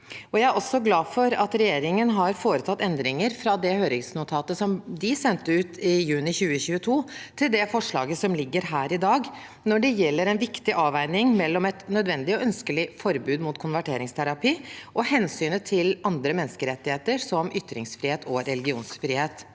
Jeg er også glad for at regjeringen har foretatt endringer fra det høringsnotatet de sendte ut i juni 2022, til det forslaget som foreligger her i dag, når det gjelder en viktig avveining mellom et nødvendig og ønskelig forbud mot konverteringsterapi og hensynet til andre menneskerettigheter – som ytringsfrihet og religionsfrihet.